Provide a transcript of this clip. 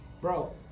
Bro